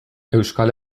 euskal